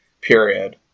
period